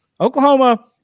Oklahoma